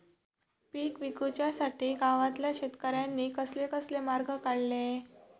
पीक विकुच्यासाठी गावातल्या शेतकऱ्यांनी कसले कसले मार्ग काढले?